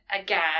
again